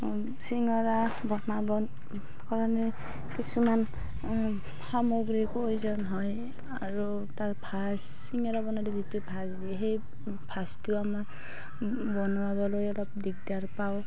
চিঙৰা বনাব কাৰণে কিছুমান সামগ্ৰী প্ৰয়োজন হয় আৰু তাৰ ভাঁজ চিঙৰা বনালে যিটো ভাঁজ দিয়ে সেই ভাঁজটো আমাৰ বনাবলৈ অলপ দিগদাৰ পাওঁ